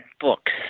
books